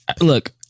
look